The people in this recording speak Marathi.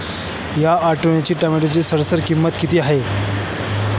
या आठवड्यात टोमॅटोची सरासरी किंमत किती आहे?